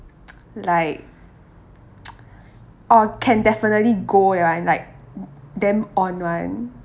like or can definitely go that one like damn on [one]